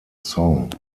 song